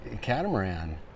catamaran